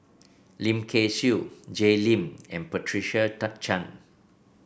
Lim Kay Siu Jay Lim and Patricia Chan